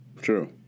True